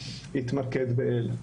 התמקד באלה.